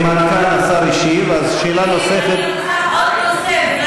אם השר השיב, אז שאלה נוספת, אני רוצה עוד נושא.